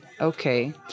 okay